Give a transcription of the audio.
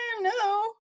no